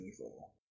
evil